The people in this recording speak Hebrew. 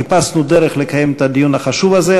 חיפשנו דרך לקיים את הדיון החשוב הזה.